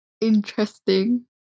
interesting